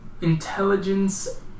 intelligence